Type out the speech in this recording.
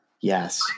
Yes